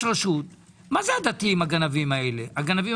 רשות: מה זה הדתיים הגנבים האלה הגנבים,